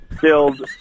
Filled